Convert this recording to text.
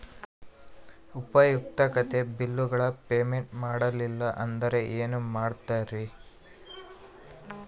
ಉಪಯುಕ್ತತೆ ಬಿಲ್ಲುಗಳ ಪೇಮೆಂಟ್ ಮಾಡಲಿಲ್ಲ ಅಂದರೆ ಏನು ಮಾಡುತ್ತೇರಿ?